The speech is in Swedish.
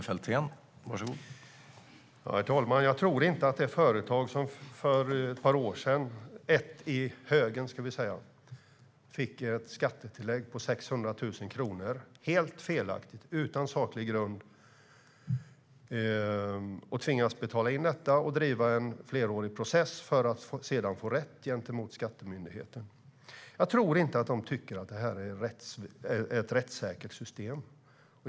Herr talman! Jag tror inte att det företag som för ett par år sedan - ett i högen - fick ett skattetillägg på 600 000 kronor, helt felaktigt utan saklig grund, tvingades betala och driva en flerårig process för att sedan få rätt gentemot skattemyndigheten, tycker att systemet är rättssäkert.